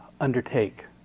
undertake